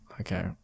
Okay